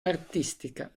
artistica